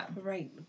right